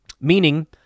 meaning